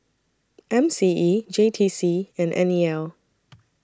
M C E J T C and N E L